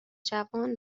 جوان